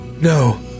No